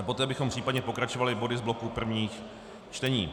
Poté bychom případně pokračovali body z bloku prvních čtení.